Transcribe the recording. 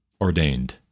ordained